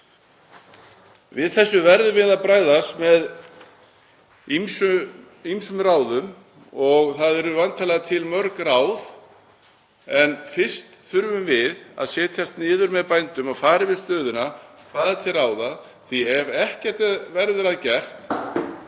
Við þessu verðum við að bregðast með ýmsum ráðum og það eru væntanlega til mörg ráð. En fyrst þurfum við að setjast niður með bændum og fara yfir stöðuna, hvað er til ráða, því að ef ekkert verður að gert